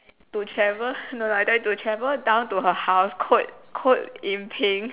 to travel no I tell you to travel down to her house quote quote yin ping